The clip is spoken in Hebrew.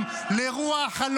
מה תקומה?